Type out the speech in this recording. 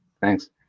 Thanks